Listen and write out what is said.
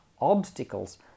obstacles